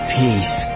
peace